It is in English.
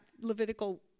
Levitical